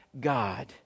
God